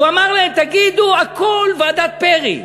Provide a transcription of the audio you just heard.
הוא אמר להם: תגידו הכול ועדת פרי,